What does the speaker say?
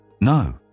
No